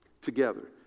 together